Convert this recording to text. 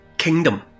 Kingdom